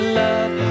love